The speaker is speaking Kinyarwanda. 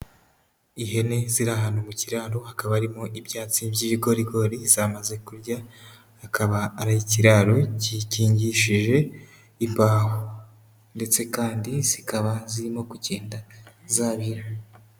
Ihene ziri ahantu mu kiraro hakaba harimo ibyatsi by'ibigorigori zamaze kurya, akaba ari ikiraro gikingishije imbaho ndetse kandi zikaba zirimo kugenda zabira.